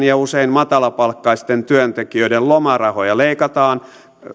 ja usein matalapalkkaisten työntekijöiden lomarahoja leikataan